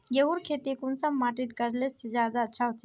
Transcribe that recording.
गेहूँर खेती कुंसम माटित करले से ज्यादा अच्छा हाचे?